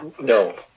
No